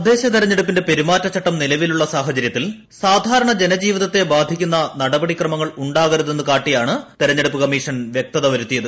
തദ്ദേശ തെരഞ്ഞെടുപ്പിന്റെ പെരുമാറ്റച്ചട്ടം നിലവിലുള്ള സാഹചരൃത്തിൽ സാധാരണ ജനജീവിതത്തെ ബാധിക്കുന്ന നടപടി ക്രമങ്ങൾ ഉണ്ടാകരുതെന്ന് കാട്ടിയാണ് തെരഞ്ഞെടുപ്പ് കമ്മീഷൻ വൃക്തത വരുത്തിയത്